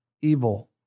evil